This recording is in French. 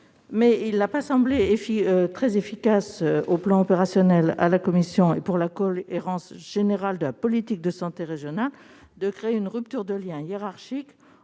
a cependant pas semblé très efficace, sur le plan opérationnel et pour la cohérence générale de la politique de santé régionale, de créer une rupture de lien hiérarchique